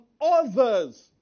others